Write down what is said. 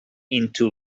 into